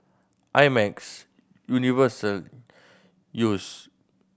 I Max Universal Yeo's